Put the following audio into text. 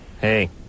hey